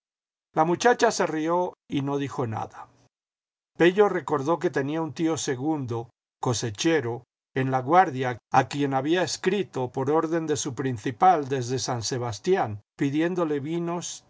la muchacha se rió y no dijo nada pello recordó que tenía un tío segundo cosechero en lagr ardia a quien había escrito por orden de su principal desde san sebastián pidiéndole vinos